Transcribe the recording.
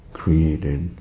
created